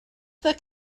the